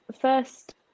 first